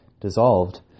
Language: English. dissolved